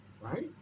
Right